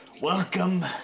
Welcome